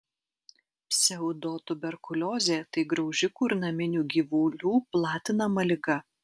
pseudotuberkuliozė tai graužikų ir naminių gyvulių platinama liga